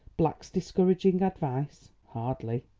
black's discouraging advice? hardly.